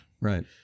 right